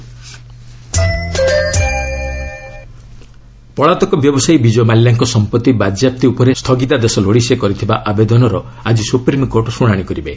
SC Mallya ପଳାତକ ବ୍ୟବସାୟୀ ବିଜୟ ମାଲ୍ୟାଙ୍କ ସମ୍ପଭି ବାଜ୍ୟାପ୍ତି ଉପରେ ସୁଗିତାଦେଶ ଲୋଡି ସେ କରିଥିବା ଆବେଦନର ଆଜି ସ୍ୱପ୍ରିମ୍କୋର୍ଟ ଶ୍ରଣାଣି କରିବେ